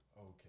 Okay